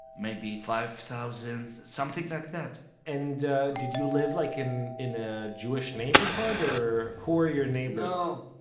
maybe five thousand, something like that and did you live like in in a jewish neighborhood or, who were your neighbors? no,